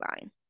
line